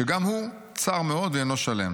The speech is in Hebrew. שגם הוא צר מאוד ואינו שלם.